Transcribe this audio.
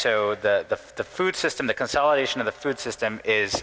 so the food system the consolidation of the food system is